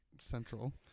Central